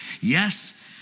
Yes